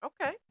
okay